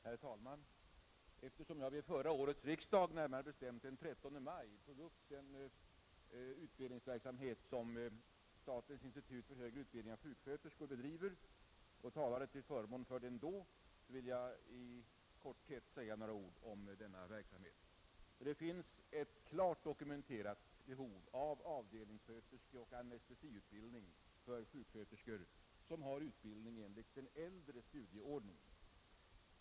Herr talman! Eftersom jag vid förra årets riksdag, närmare bestämt den 13 maj, tog upp den utbildningsverksamhet som statens institut för högre utbildning av sjuksköterskor bedriver och talade till förmån för den då, vill jag i korthet säga några ord om denna verksamhet. Det finns ett klart dokumenterat behov av avdelningssköterskeoch anestesiutbildning för sjuksköterskor som har utbildning enligt den äldre studieordningen.